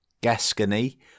Gascony